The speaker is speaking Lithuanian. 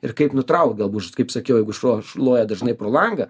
ir kaip nutraukt galbūt kaip sakiau jeigu šuo loja dažnai pro langą